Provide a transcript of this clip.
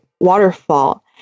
waterfall